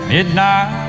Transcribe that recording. Midnight